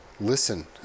listen